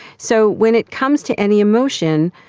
so when it comes to any emotion,